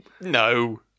No